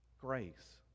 Grace